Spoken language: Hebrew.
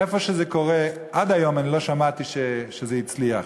איפה שזה קורה, עד היום לא שמעתי שזה הצליח.